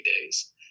days